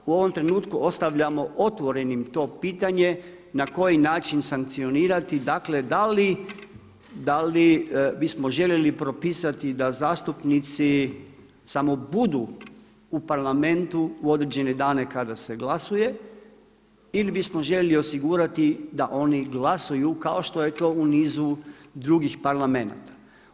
U ovom trenutku ostavljamo otvorenim to pitanje, na koji način sankcionirati dakle da li bismo željeli propisati da zastupnici samo budu u parlamentu u određene dane kada se glasuje ili bismo željeli osigurati da oni glasuju kao što je to u nizu drugih parlamenata.